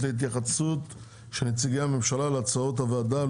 להתייחסות של נציגי הממשלה להצעות הוועדה,